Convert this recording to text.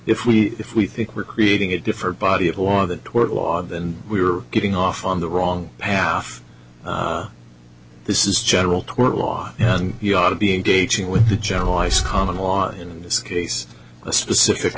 if we if we think we're creating a different body of law that tort law than we are getting off on the wrong path this is general tort law and he ought to be engaging with joe ice common law in this case a specific